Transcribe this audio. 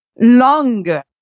longer